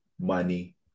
money